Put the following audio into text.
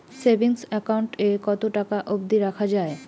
Savings account এ কতো টাকা অব্দি রাখা যায়?